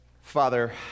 Father